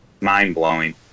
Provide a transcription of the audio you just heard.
mind-blowing